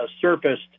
surfaced